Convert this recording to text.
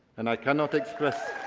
and i cannot express.